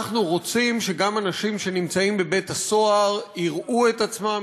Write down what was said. אנחנו רוצים שגם אנשים שנמצאים בבית-הסוהר יראו את עצמם,